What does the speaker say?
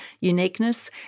uniqueness